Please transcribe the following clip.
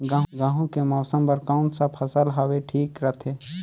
गहूं के फसल बर कौन सा मौसम हवे ठीक रथे?